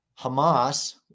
Hamas